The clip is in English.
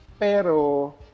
pero